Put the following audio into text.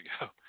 ago